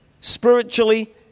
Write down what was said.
spiritually